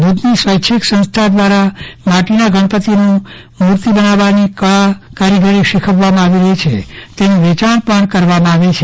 ભુજની સ્વૈચ્છિક સંસ્થા દ્વારા માટીના ગણપતિની મૂર્તિ બનાવવાની કળા કારીગરી શીખવવામાં આવી રહી છે અને તેનું વેંચાણ પણ કરવામાં આવે છે